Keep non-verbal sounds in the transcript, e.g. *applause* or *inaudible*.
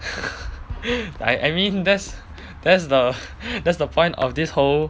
*laughs* I mean that's that's the that's the point of this whole